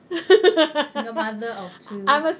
single mother of two